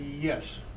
Yes